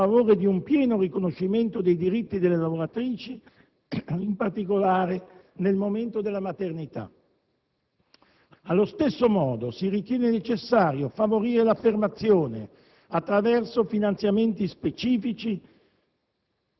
a favore di un pieno riconoscimento dei diritti delle lavoratrici, in particolare nel momento della maternità. Allo stesso modo si ritiene necessario favorire l'affermazione, attraverso finanziamenti specifici,